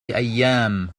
أيام